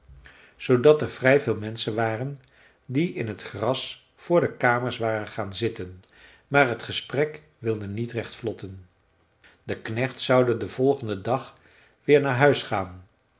zoodat er vrij veel menschen waren die in het gras voor de kamers waren gaan zitten maar het gesprek wilde niet recht vlotten de knechts zouden den volgenden dag weer naar huis gaan